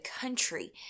country